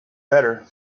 better